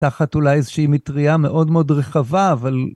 תחת אולי איזושהי מטריה מאוד מאוד רחבה, אבל...